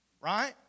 right